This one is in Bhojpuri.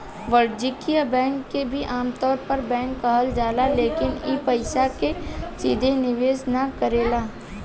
वाणिज्यिक बैंक के भी आमतौर पर बैंक कहल जाला लेकिन इ पइसा के सीधे निवेश ना करेला